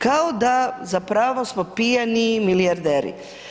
Kao da zapravo smo pijani milijarderi.